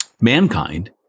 mankind